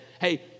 Hey